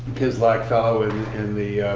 kislak fellow and in the